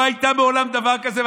לא היה מעולם דבר כזה,